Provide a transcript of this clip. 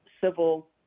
civil